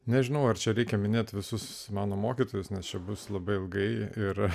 nežinau ar čia reikia minėti visus mano mokytojas nes čia bus labai ilgai ir